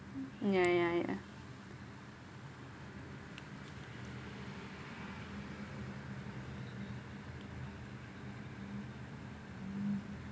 ya ya ya